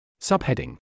Subheading